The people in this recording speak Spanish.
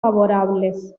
favorables